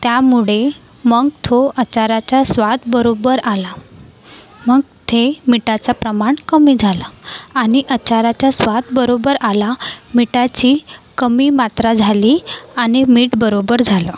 त्यामुळे मग तो आचाराचा स्वाद बरोबर आला मग ते मीठाचं प्रमाण कमी झालं आणि आचाराचा स्वाद बरोबर आला मिठाची कमी मात्रा झाली आणि मीठ बरोबर झालं